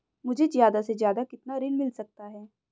मुझे ज्यादा से ज्यादा कितना ऋण मिल सकता है?